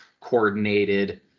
coordinated